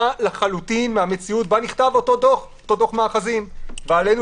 לחלוטין מהמציאות בה נכתב אותו דוח מאחזים ועלינו